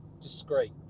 discreet